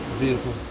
beautiful